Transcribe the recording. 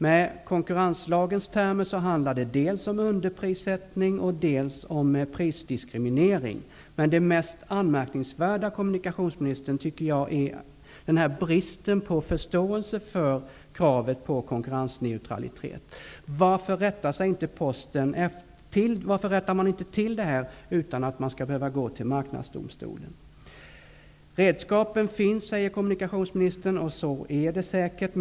Med konkurrenslagens termer handlar det dels om underprissättning, dels om prisdiskriminering. Men det mest anmärkningsvärda, kommunikationsministern, är enligt min mening bristen på förståelse för kravet på konkurrensneutralitet. Varför rättar inte Posten till detta utan att man skall behöva gå till Kommunikationsministern säger att redskapen finns, och så är det säkert.